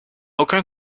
aucun